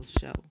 show